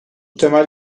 temel